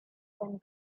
and